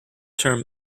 term